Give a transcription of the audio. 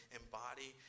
embody